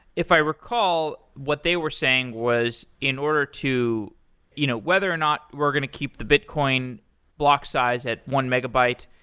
if i recall, what they were saying was in order to you know whether or not we're going to keep the bitcoin block size at one megabyte,